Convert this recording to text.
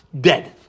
dead